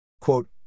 Quote